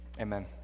Amen